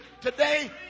today